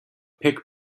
pick